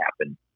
happen